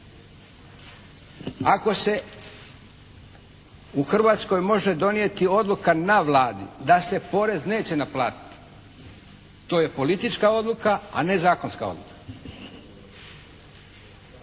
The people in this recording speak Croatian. Ako se u Hrvatskoj može donijeti odluka na Vladi da se porez neće naplatiti to je politička odluka, a ne zakonska.